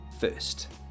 first